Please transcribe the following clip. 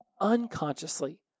unconsciously